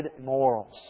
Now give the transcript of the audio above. morals